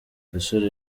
gasore